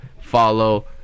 follow